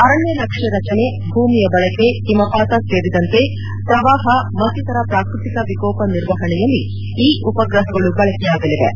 ಅರಣ್ಯ ನಕ್ಷೆ ರಚನೆ ಭೂಮಿಯ ಬಳಕೆ ಹಿಮಪಾತ ಸೇರಿದಂತೆ ಪ್ರವಾಪ ಮತ್ತಿತರ ಪ್ರಾಕೃತಿಕ ವಿಕೋಪ ನಿರ್ವಹಣೆಯಲ್ಲಿ ಈ ಉಪ್ರಹಗಳು ಬಳಕೆಯಾಗಲಿವೆ